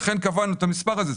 לכן קבענו את המספר הזה.